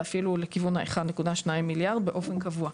ואפילו לכיוון של 1.2 מיליארד שקלים באופן קבוע,